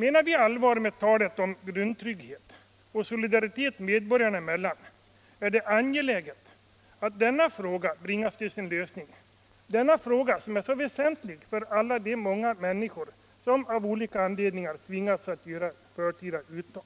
Menar vi allvar med talet om grundtrygghet och solidaritet medborgarna emellan är det angeläget att denna fråga bringas till en lösning, denna fråga som är så väsentlig för de många människor som av olika anledningar tvingas att göra förtida uttag.